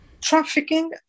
Trafficking